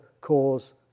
cause